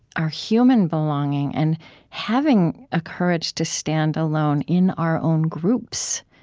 our human belonging, and having a courage to stand alone in our own groups,